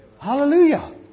Hallelujah